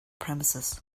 premises